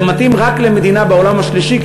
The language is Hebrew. זה מתאים רק למדינה בעולם השלישי,